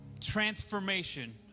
transformation